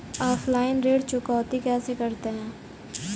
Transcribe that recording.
Offline ऋण चुकौती कैसे करते हैं?